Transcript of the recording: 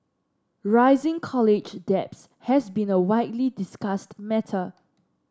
rising college debts has been a widely discussed matter